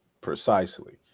precisely